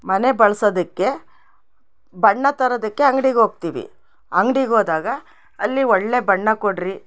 ಮನೆ ಬಳ್ಸೋದಕ್ಕೆ ಬಣ್ಣ ತರೋದಕ್ಕೆ ಅಂಗ್ಡಿಗೆ ಹೋಗ್ತಿವಿ ಅಂಗ್ಡಿಗೆ ಹೋದಾಗ ಅಲ್ಲಿ ಒಳ್ಳೆಯ ಬಣ್ಣ ಕೊಡ್ರಿ